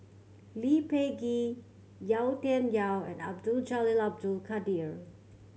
Lee Peh Gee Yau Tian Yau and Abdul Jalil Abdul Kadir